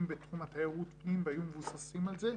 בתחום תיירות הפנים והיו מבוססים על זה.